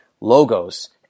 logos